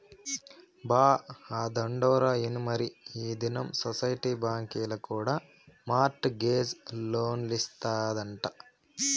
బా, ఆ తండోరా ఇనుమరీ ఈ దినం సొసైటీ బాంకీల కూడా మార్ట్ గేజ్ లోన్లిస్తాదంట